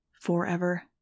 forever